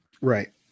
Right